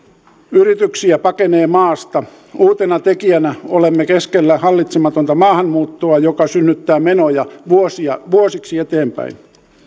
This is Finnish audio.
yrityksiä pakenee maasta uutena tekijänä olemme keskellä hallitsematonta maahanmuuttoa joka synnyttää menoja vuosiksi eteenpäin